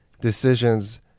decisions